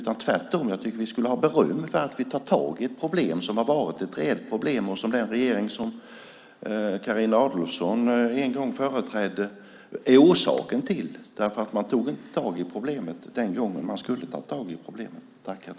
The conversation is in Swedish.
Tvärtom tycker jag att vi ska ha beröm för att vi har tagit tag i ett problem som den regering som Carina Adolfsson en gång företrädde är orsaken till. Man tog inte tag i problemet den gången man skulle ha gjort det.